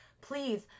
please